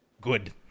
good